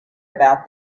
about